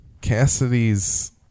Cassidy's